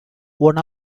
one